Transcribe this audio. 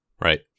Right